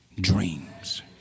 dreams